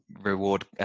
reward